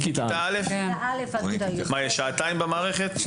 שעתיים במערכת?